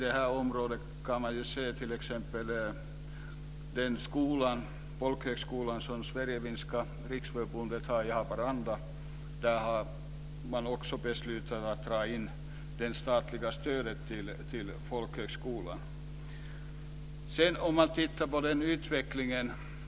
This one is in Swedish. Ett annat exempel är att man har beslutat att dra in det statliga stödet till den folkhögskola som Sverigefinska riksförbundet har i Haparanda.